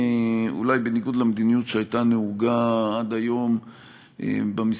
אולי בניגוד למדיניות שהייתה נהוגה עד היום במשרד,